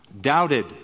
doubted